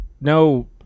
no